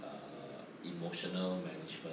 err emotional management